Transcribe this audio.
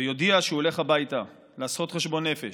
ויודיע שהוא הולך הביתה לעשות חשבון נפש.